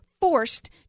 forced